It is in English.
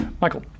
Michael